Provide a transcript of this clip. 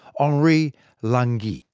henri languille.